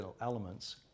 elements